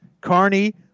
Carney